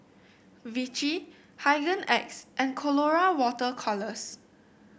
Vichy Hygin X and Colora Water Colours